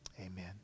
Amen